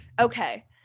Okay